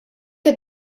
qed